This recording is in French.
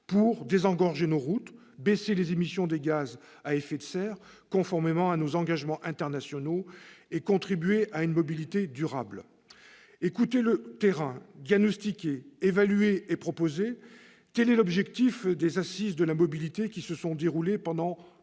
pour désengorger nos routes, diminuer les émissions des gaz à effet de serre, conformément à nos engagements internationaux, et contribuer à une mobilité durable. Écouter le terrain, diagnostiquer, évaluer et proposer : tel est l'objectif des Assises de la mobilité qui se sont déroulées pendant